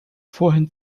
vorhin